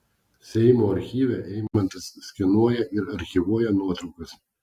seimo archyve eimantas skenuoja ir archyvuoja nuotraukas